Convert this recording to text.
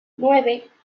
nueve